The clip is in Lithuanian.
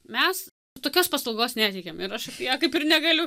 mes tokios paslaugos neteikiam ir aš apie ją kaip ir negaliu